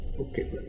Okay